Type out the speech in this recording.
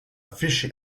fishy